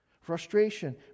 Frustration